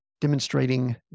demonstrating